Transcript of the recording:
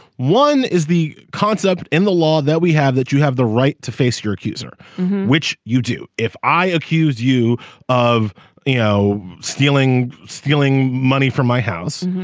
one is the concept in the law that we have that you have the right to face your accuser which you do if i accuse you of you know stealing stealing money from my house.